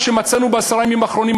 מה שמצאנו בעשרת הימים האחרונים,